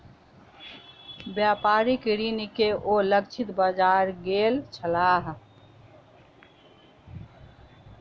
व्यापारिक ऋण के ओ लक्षित बाजार गेल छलाह